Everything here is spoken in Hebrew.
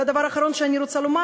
והדבר האחרון שאני רוצה לומר,